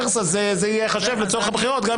אף משרד לא עשה שלוש מערכות בחירות של פעם בארבע שנים.